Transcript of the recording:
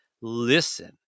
listen